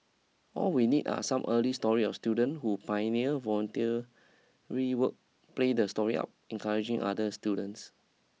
all we need are some early stories of student who pioneer voluntary work play the story up encourage other students